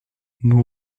nous